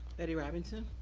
betty robinson.